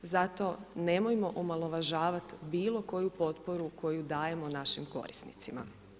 Zato nemojmo omalovažavat bilo kakvu potporu koju dajemo našim korisnicima.